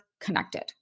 connected